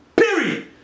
Period